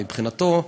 מבחינתו,